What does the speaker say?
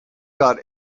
got